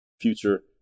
future